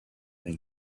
been